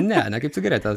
ne ne kaip cigaretę